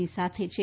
ની સાથે છે